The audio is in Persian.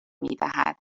میدهد